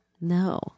No